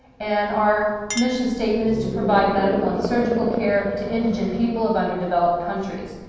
and our mission statement is to provide medical and surgical care to indigent people of underdeveloped countries.